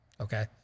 Okay